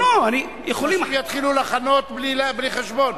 אנשים יתחילו לחנות בלי חשבון.